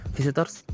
Visitors